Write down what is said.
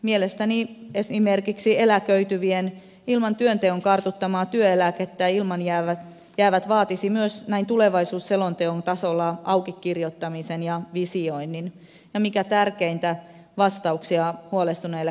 mielestäni esimerkiksi eläköityvät ilman työnteon kartuttamaa työeläkettä jäävät vaatisivat myös näin tulevaisuusselonteon tasolla auki kirjoittamisen ja visioinnin ja mikä tärkeintä vastauksia huolestuneille kansalaisille